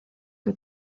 que